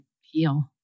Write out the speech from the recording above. heal